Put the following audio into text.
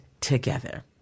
together